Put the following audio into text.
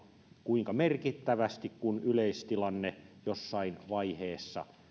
kuinka merkittävästi kun yleistilanne jossain vaiheessa